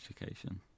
education